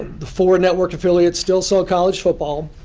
the four network affiliates still sell college football.